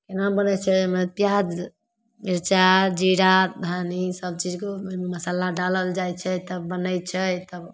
एना बनै छै एहिमे पिआज मिरचाइ जीरा धन्नी सबचीजके ओहिमे मसल्ला डालल जाइ छै तब बनै छै तब